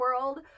world